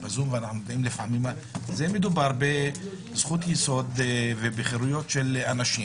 זה זום מדובר בזכות יסוד ובחירויות של אנשים.